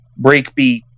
breakbeat